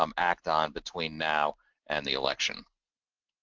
um act on between now and the election.